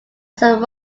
some